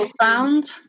found